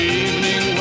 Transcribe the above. evening